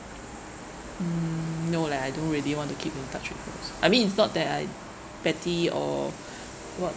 mm no leh I don't really want to keep in touch with her also I mean it's not that I petty or what